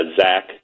Zach